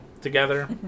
together